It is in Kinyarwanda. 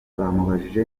bamubajije